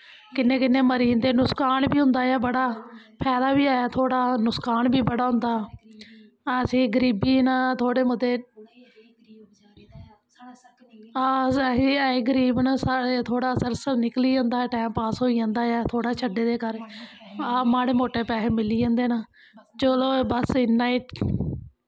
किन्ने किन्ने मरी जंदे न नुसकान बी होंदा ऐ बड़ा फैदा बी ऐ थोह्ड़ा नुसकान बी बड़ा होंदा अस एह् गरीब न थोह्ड़े मते अस गरीब न साढ़े थोह्ड़े सर्कल निकली जंदा ऐ टैम पास होई जंदा ऐ थोह्ड़ा शड्डे दे कारण हां माड़े मुट्टे पैहे मिली जंदे न चलो बस इन्ना ई